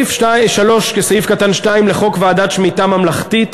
התשי"ב 1952, סעיף 3(2) לחוק ועדת שמיטה ממלכתית,